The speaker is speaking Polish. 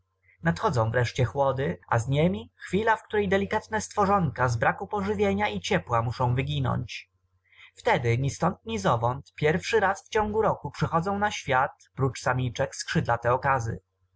nadchodzą wreszcie chłody a z niemi chwila w której delikatne stworzonka z braku pożywienia i ciepła muszą wyginąć wtedy ni ztąd ni zowąd pierwszy raz w ciągu roku przychodzą na świat prócz samiczek skrzydlate okazy